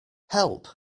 help